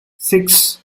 six